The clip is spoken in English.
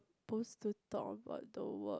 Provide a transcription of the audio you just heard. ~posed to talk about the work